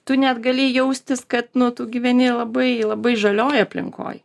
tu net gali jaustis kad nu tu gyveni labai labai žalioj aplinkoj